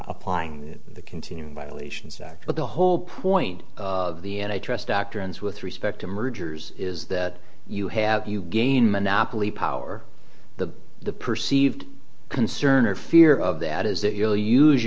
applying the continuing violations act but the whole point of the n h s doctrines with respect to mergers is that you have you gain monopoly power the the perceived concern or fear of that is that you will use